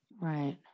Right